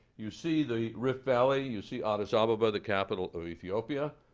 you see the rift valley. you see addis ababa, the capital of ethiopia.